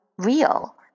real